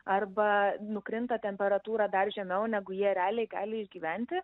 arba nukrinta temperatūra dar žemiau negu jie realiai gali išgyventi